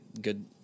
good